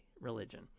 religion